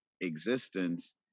existence